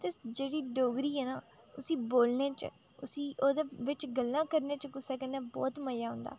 ते जेह्ड़ी डोगरी ऐ ना उसी बोलने च उसी ओह्दे बिच गल्लां करने च कुसै कन्नै बहोत मज़ा औंदा